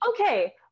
okay